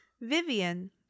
Vivian